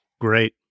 Great